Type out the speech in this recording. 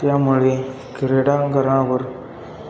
त्यामुळे क्रीडांगणावर